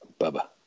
Bubba